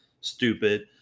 stupid